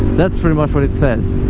that's pretty much what it says